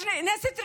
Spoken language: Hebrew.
יש נאנסת רגילה,